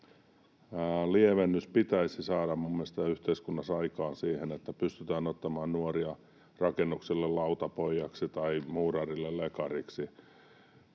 lievennys pitäisi saada mielestäni yhteiskunnassa aikaan siihen, että pystytään ottamaan nuoria rakennuksille lautapojaksi tai muurarille lekariksi.